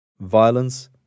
violence